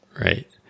Right